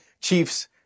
chiefs